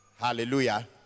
Hallelujah